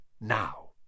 now